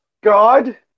god